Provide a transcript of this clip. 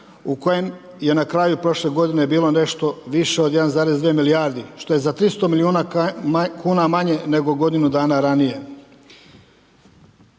u kojem je na kraju prošle godine bilo nešto više od 1,2 milijarde što je za 300 milijuna kuna manje nego godinu dana ranije.